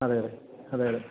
അതെ അതെ അതെ അതെ